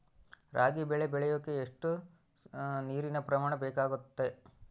ರಾಗಿ ಬೆಳೆ ಬೆಳೆಯೋಕೆ ಎಷ್ಟು ನೇರಿನ ಪ್ರಮಾಣ ಬೇಕಾಗುತ್ತದೆ?